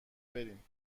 بریم